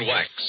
Wax